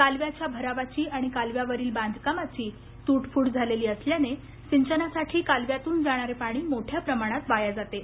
कालव्याच्या भरावाची आणि कालव्यावरील बांधकामाची तूटफूट झालेली असल्याने सिंचनासाठी कालव्यातून जाणारे पाणी मोठ्या प्रमाणात वाया जाते